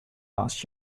last